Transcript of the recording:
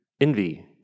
envy